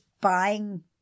buying